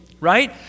right